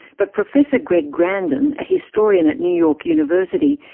but professor greg grandin, a historian at new york university,